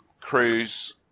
cruise